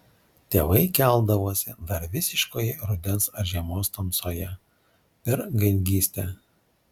tėvai keldavosi dar visiškoje rudens ar žiemos tamsoje per gaidgystę